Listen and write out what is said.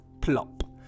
plop